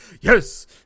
yes